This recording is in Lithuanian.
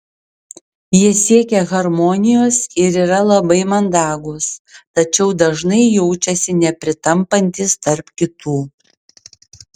jie siekia harmonijos ir yra labai mandagūs tačiau dažnai jaučiasi nepritampantys tarp kitų